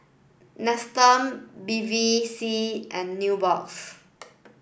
Nestum Bevy C and Nubox